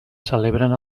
celebren